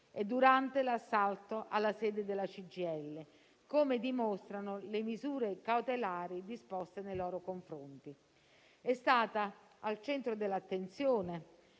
e durante l'assalto alla sede della CGIL, come dimostrano le misure cautelari disposte nei loro confronti. È stata al centro dell'attenzione